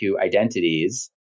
identities